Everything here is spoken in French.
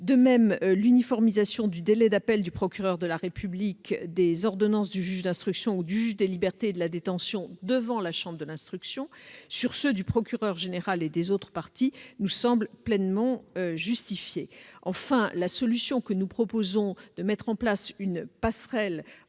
De même, l'uniformisation du délai d'appel du procureur de la République des ordonnances du juge d'instruction ou du juge des libertés et de la détention devant la chambre de l'instruction sur ceux du procureur général et des autres parties nous semble pleinement justifiée. Enfin, nous proposons de mettre en place une passerelle